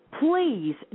please